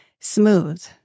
smooth